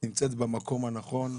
נמצאת במקום הנכון.